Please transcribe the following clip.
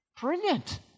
Brilliant